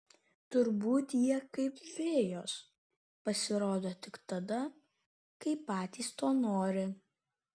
turbūt jie kaip fėjos pasirodo tik tada kai patys to nori